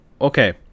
Okay